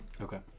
Okay